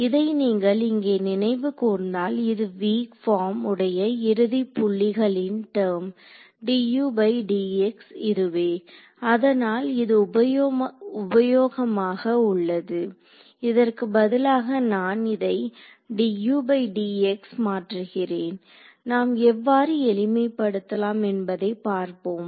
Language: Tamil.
இதை நீங்கள் இங்கே நினைவு கூர்ந்தால் இது வீக் பார்ம் உடைய இறுதி புள்ளிகளின் டெர்ம் இதுவே அதனால் இது உபயோகமாக உள்ளது இதற்கு பதிலாக நான் இதை மாற்றுகிறேன் நாம் எவ்வாறு எளிமைப்படுத்தலாம் என்பதை பார்ப்போம்